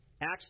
Acts